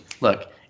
look